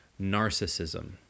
narcissism